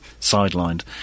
sidelined